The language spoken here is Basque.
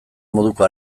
moduko